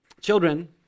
Children